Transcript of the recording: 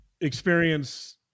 experience